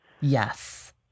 Yes